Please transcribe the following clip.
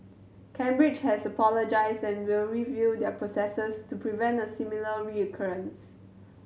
Cambridge has apologised and will review their processes to prevent a similar recurrence